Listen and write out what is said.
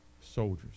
Soldiers